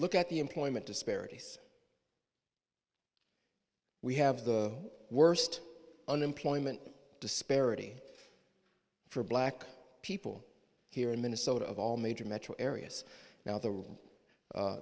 look at the employment disparities we have the worst unemployment disparity for black people here in minnesota of all major metro areas now the